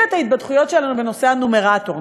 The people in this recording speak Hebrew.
את ההתבדחויות שלנו בנושא הנומרטור,